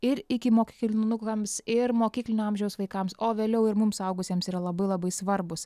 ir ikimokyklinukams ir mokyklinio amžiaus vaikams o vėliau ir mums suaugusiems yra labai labai svarbūs